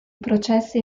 processi